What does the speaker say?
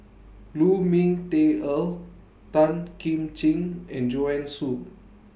Lu Ming Teh Earl Tan Kim Ching and Joanne Soo